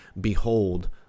behold